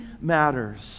matters